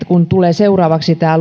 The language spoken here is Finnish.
kun tulee seuraavaksi tämä